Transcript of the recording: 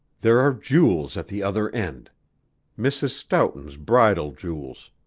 there are jewels at the other end mrs. stoughton's bridal jewels.